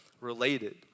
related